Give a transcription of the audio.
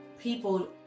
people